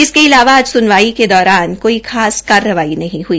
इसके अलावा आज सुनवाई के दौरान कुछ खास कार्रवाई नहीं हुई